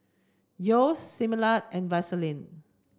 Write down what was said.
Yeo's Similac and Vaseline